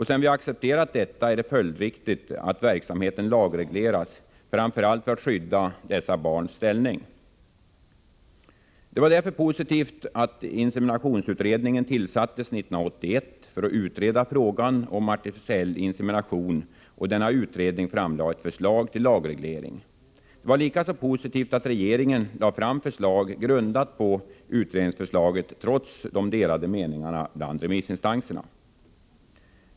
Sedan vi accepterat detta är det följdriktigt att verksamheten lagregleras, framför allt för att skydda dessa barns ställning. Det var därför positivt att inseminationsutredningen tillsattes 1981 för att utreda frågan om artificiell insemination och att denna utredning framlade ett förslag till lagreglering. Det var likaså positivt att regeringen lade fram förslag grundat på utredningsförslaget trots delade meningar bland remissinstanserna.